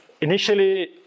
Initially